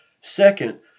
Second